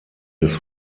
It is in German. des